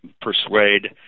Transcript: persuade